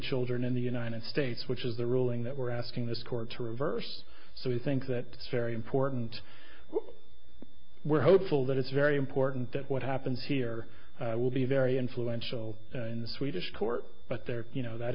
children in the united states which is the ruling that we're asking this court to reverse so we think that it's very important we're hopeful that it's very important that what happens here will be very influential in the swedish court but there you know that